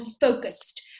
focused